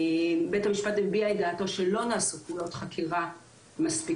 בית המשפט הביע את דעתו שלא נעשו פעולות חקירה מספיקות,